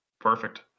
Perfect